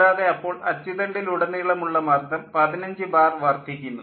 കൂടാതെ അപ്പോൾ അച്ചുതണ്ടിൽ ഉടനീളമുള്ള മർദ്ദം 15 ബാർ വർദ്ധിക്കുന്നു